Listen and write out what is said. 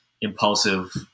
impulsive